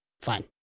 fine